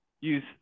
use